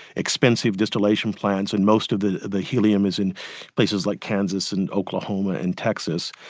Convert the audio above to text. expensive distillation plants and most of the the helium is in places like kansas and oklahoma and texas.